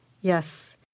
yes